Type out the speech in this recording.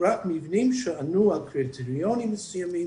רק מבנים שענו על קריטריונים מסוימים